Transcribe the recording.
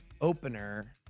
opener